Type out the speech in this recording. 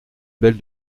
belle